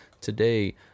Today